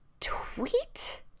tweet